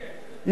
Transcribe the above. נגד